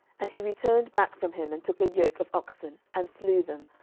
and he returned back from him, and took a yoke of oxen, and slew them,